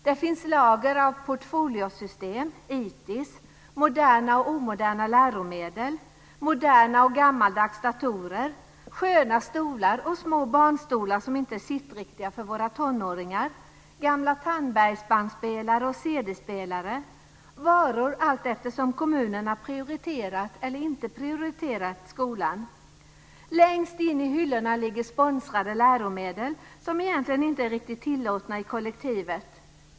Det finns lager av portfoliosystem, ITIS, moderna och omoderna läromedel, moderna och gammaldags datorer, sköna stolar och små barnstolar som inte är sittriktiga för våra tonåringar, gamla Tandbergbandspelare och cdspelare, varor allteftersom kommunerna prioriterat eller inte prioriterat skolan. Längst in i hyllorna ligger sponsrade läromedel, som egentligen inte är riktigt tillåtna i kollektivet.